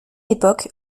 époque